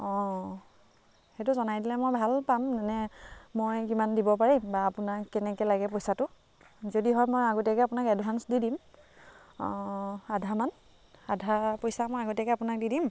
অঁ সেইটো জনাই দিলে মই ভাল পাম মানে মই কিমান দিব পাৰিম বা আপোনাক কেনেকৈ লাগে পইচাটো যদি হয় মই আগতীয়াকৈ আপোনাক এডভাঞ্চ দি দিম আধামান আধা পইচা মই আগতীয়াকৈ আপোনাক দি দিম